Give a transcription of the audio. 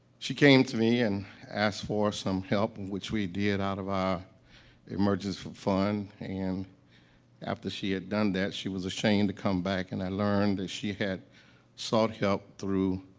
she came to me and asked for some help, which we did out of our emergency fund. and after she had done that, she was ashamed to come back, and i learned that she had sought help through